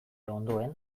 ondoen